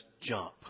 jump